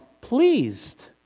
pleased